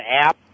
app